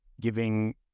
giving